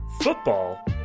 Football